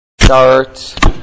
Start